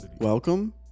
Welcome